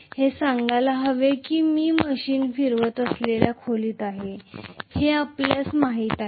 हे सांगायला हवे की मी मशीन फिरवत असलेल्या खोलीत आहे हे आपल्यास माहिती आहे